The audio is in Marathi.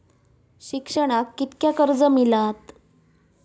शिक्षणाक कीतक्या कर्ज मिलात?